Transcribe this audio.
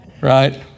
right